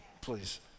please